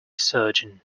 surgeon